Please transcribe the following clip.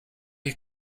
you